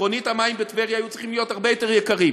עקרונית המים בטבריה היו צריכים להיות הרבה יותר יקרים,